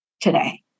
today